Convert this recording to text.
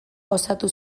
osatu